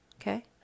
Okay